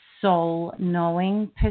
soul-knowing